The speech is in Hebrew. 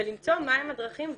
ולמצוא מהן הדרכים.